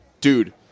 dude